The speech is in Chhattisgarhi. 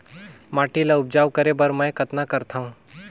माटी ल उपजाऊ करे बर मै कतना करथव?